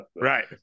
Right